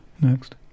Next